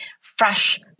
fresh